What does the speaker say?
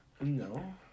No